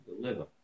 deliver